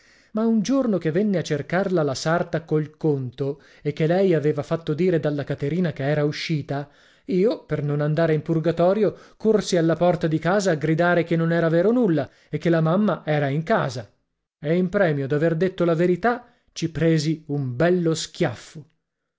ma un giorno che venne a cercarla la sarta col conto e che lei aveva fatto dire dalla caterina che era uscita io per non andare in purgatorio corsi alla porta di casa a gridare che non era vero nulla e che la mamma era in casa e in premio d'aver detto la verità ci presi un bello schiaffo